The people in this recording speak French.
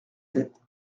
sept